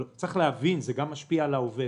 אבל צריך להבין שזה גם משפיע על העובד.